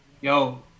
Yo